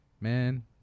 Man